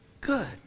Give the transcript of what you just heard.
good